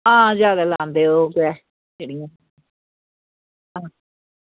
आं जादै लांदे ओह् उऐ जेह्ड़ियां